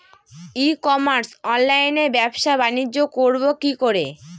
ই commerce অনলাইনে ব্যবসা বানিজ্য করব কি করে?